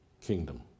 kingdom